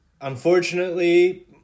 Unfortunately